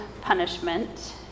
punishment